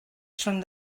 són